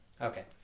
okay